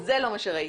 זה לא מה שראיתי.